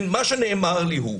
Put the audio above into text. מה שנאמר לי הוא